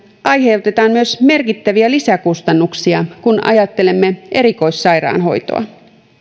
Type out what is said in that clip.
aiheutetaan myös merkittäviä lisäkustannuksia kun ajattelemme erikoissairaanhoitoa